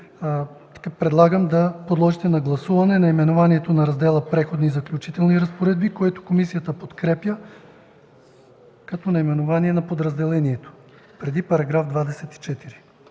Предлагам да подложите на гласуване наименованието на Раздела „Преходни и заключителни разпоредби”, което комисията подкрепя като наименование на подразделението, преди § 24.